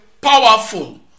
powerful